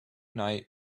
night